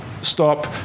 stop